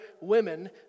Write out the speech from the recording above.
women